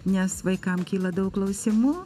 nes vaikam kyla daug klausimų